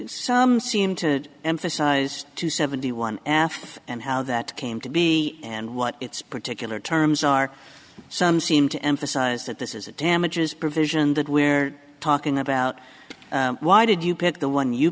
some seem to emphasize two seventy one af and how that came to be and what its particular terms are some seem to emphasize that this is a damages provision that where talking about why did you pick the one you